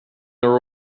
are